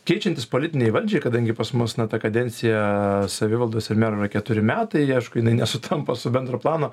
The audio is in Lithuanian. keičiantis politinei valdžiai kadangi pas mus na ta kadencija aaa savivaldos ir mero yra keturi metai jinai nesutampa su bendro plano